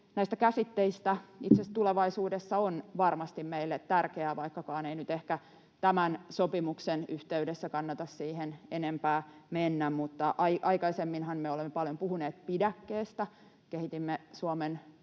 itse asiassa tulevaisuudessa varmasti meille tärkeää. Vaikkakaan ei nyt ehkä tämän sopimuksen yhteydessä kannata siihen enempää mennä, niin aikaisemminhan me olemme paljon puhuneet pidäkkeestä. Kehitimme Suomen puolustusta